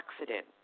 accident